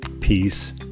peace